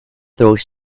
throws